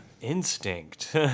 Instinct